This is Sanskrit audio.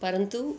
परन्तु